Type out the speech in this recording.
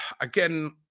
Again